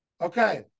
Okay